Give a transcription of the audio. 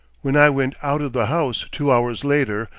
when i went out of the house two hours later,